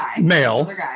male